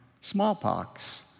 smallpox